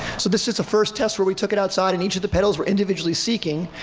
so this is the first test where we took it outside and each of the petals were individually seeking.